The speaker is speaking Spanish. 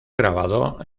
grabado